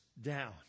down